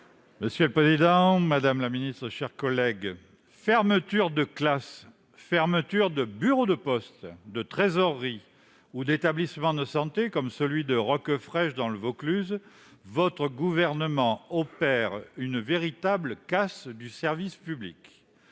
et Républicain. Madame la ministre, fermeture de classes, fermeture de bureaux de poste, de trésoreries ou d'établissements de santé comme celui de Roquefraîche dans le Vaucluse ... Le Gouvernement opère une véritable casse du service public